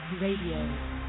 Radio